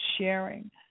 sharing